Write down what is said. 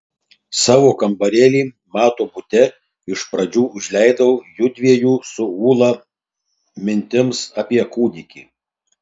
savo kambarėlį mato bute iš pradžių užleidau jųdviejų su ūla mintims apie kūdikį